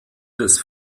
des